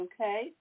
okay